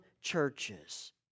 churches